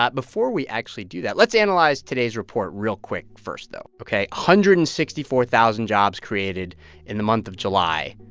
but before we actually do that, let's analyze today's report real quick first, though, ok? a hundred and sixty-four thousand jobs created in the month of july.